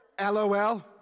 LOL